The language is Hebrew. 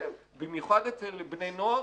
במיוחד אצל בני נוער,